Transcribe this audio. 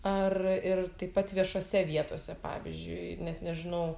ar ir taip pat viešose vietose pavyzdžiui net nežinau